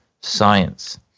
science